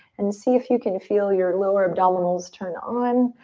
and see if you can feel your lower abdominals turn on.